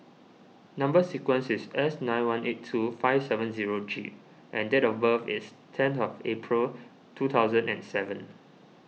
Number Sequence is S nine one eight two five seven zero G and date of birth is ten of April two thousand and seven